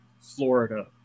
Florida